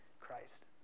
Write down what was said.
Christ